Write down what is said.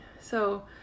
so-